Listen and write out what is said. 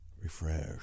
Refresh